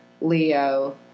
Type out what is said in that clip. Leo